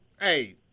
hey